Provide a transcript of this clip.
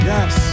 Yes